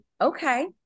okay